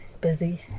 busy